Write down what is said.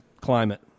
climate